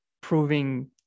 proving